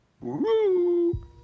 Woo